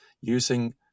using